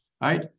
right